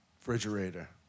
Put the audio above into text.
refrigerator